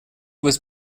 was